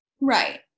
Right